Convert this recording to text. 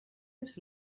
this